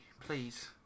Please